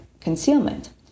concealment